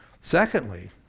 Secondly